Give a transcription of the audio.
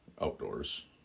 outdoors